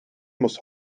muss